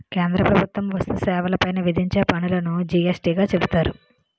కేంద్ర ప్రభుత్వం వస్తు సేవల పైన విధించే పన్నులును జి యస్ టీ గా చెబుతారు